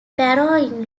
barrow